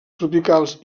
tropicals